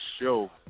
show